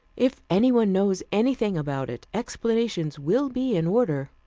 if anyone knows anything about it, explanations will be in order.